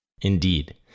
Indeed